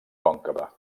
còncava